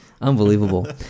Unbelievable